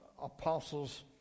Apostles